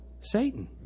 Satan